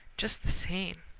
just the same,